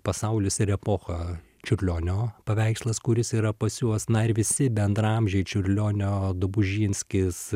pasaulis ir epocha čiurlionio paveikslais kuris yra pas juos na ir visi bendraamžiai čiurlionio dobužinskis